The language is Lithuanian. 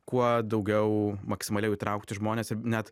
kuo daugiau maksimaliai įtraukti žmones ir net